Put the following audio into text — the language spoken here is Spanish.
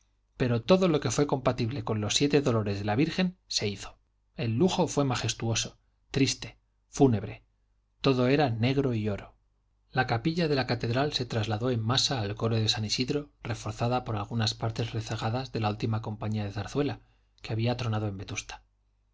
pero todo lo que fue compatible con los siete dolores de la virgen se hizo el lujo fue majestuoso triste fúnebre todo era negro y oro la capilla de la catedral se trasladó en masa al coro de san isidro reforzada por algunas partes rezagadas de la última compañía de zarzuela que había tronado en vetusta